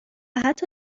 حتی